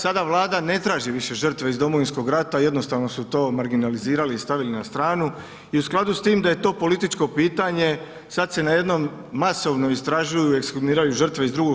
Sada Vlada ne traži više žrtve iz Domovinskog rata, jednostavno su to marginalizirali i stavili na stranu i skladu s tim da je to političko pitanje, sad se najednom masovno istražuju, ekshumiraju žrtve iz II.